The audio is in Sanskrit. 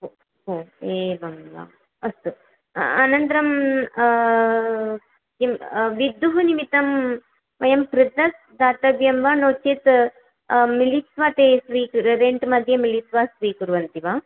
ओ ओ एवं वा अस्तु अनन्तरं किम् विद्युत् निमित्तं वयं पृथक् दातव्यं वा नो चेत् मिलित्वा ते स्वीकु रेण्ट् मध्ये मिलित्वा स्वीकुर्वन्ति वा